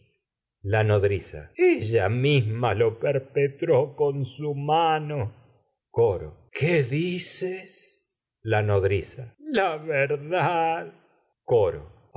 di nodriza ella misma lo perpetró con su mano coro la qué dices nodriza lá verdad coro